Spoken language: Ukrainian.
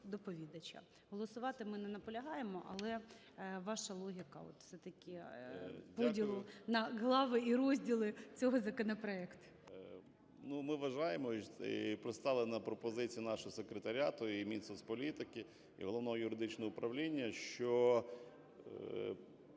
доповідача. Голосувати ми не наполягаємо, але ваша логіка от все-таки поділу на глави і розділи цього законопроекту. 13:17:37 БУРБАК М.Ю. Ми вважаємо і представлена пропозиція нашого секретаріату і Мінсоцполітики, і Головного юридичного управління, що